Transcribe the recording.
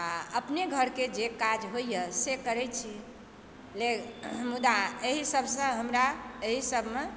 आ अपने घरके जे काज होइए से करय छी मुदा एहि सभसँ हमरा एहि सभमे